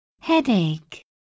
headache